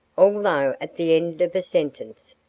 although at the end of a sentence,